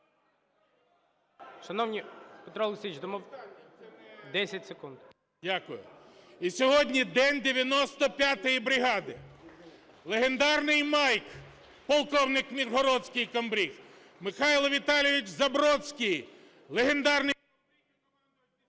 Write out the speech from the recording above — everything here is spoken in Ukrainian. Дякую. І сьогодні день 95-ї бригади. Легендарний "Майк" (полковник Миргородський, комбриг), Михайло Віталійович Забродський, легендарний